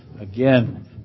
Again